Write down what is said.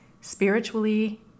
Spiritually